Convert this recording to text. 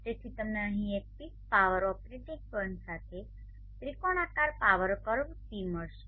તેથી તમને અહીં પીક પાવર ઓપરેટિંગ પોઇન્ટ સાથે ત્રિકોણાકાર પાવર કર્વ પી મળશે